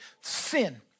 sin